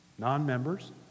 Non-members